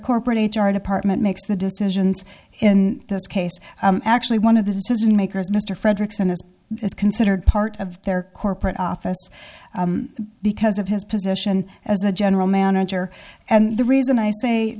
corporate h r department makes the decisions in this case actually one of the decision makers mr frederickson is is considered part of their corporate office because of his position as a general manager and the reason i say